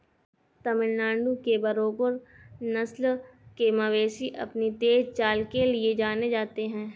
तमिलनाडु के बरगुर नस्ल के मवेशी अपनी तेज चाल के लिए जाने जाते हैं